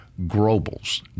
Grobel's